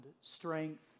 strength